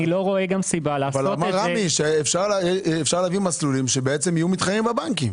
רואה לעשות זאת- -- אפשר להביא מסלולים שיהיו מתחרים בבנקים.